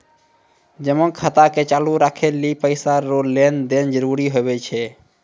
जमा खाता के चालू राखै लेली पैसा रो लेन देन जरूरी हुवै छै